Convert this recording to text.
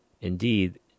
Indeed